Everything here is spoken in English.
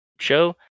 show